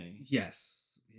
Yes